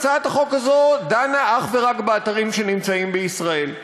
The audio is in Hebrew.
הצעת החוק הזאת דנה אך ורק באתרים שנמצאים בישראל.